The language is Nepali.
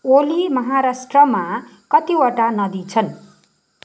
ओली महाराष्ट्रमा कतिवटा नदी छन्